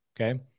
Okay